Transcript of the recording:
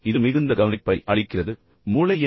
இது மிகுந்த கவனிப்பை அளிக்கிறது மூளை பற்றி என்ன